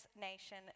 nation